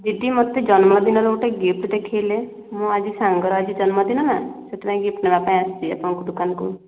ଦିଦି ମୋତେ ଜନ୍ମଦିନର ଗୋଟେ ଗିପ୍ଟ୍ ଦେଖାଇଲେ ମୁଁ ଆଜି ମୋ ସାଙ୍ଗର ଆଜି ଜନ୍ମଦିନ ନା ସେଥିପାଇଁ ଗିପ୍ଟ୍ ନେବାପାଇଁ ଆସିଛି ଆପଣଙ୍କ ଦୋକାନକୁ